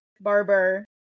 Barber